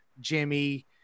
Jimmy